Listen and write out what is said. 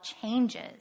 changes